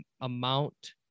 amount